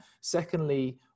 Secondly